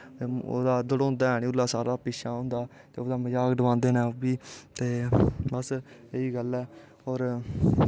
दड़ौंदा है नी साला पिंच्छें होंदा ते ओह्दा मज़ाक ढोआंदे न ओह्दा बी ते बस एह् ई गल्ल ऐ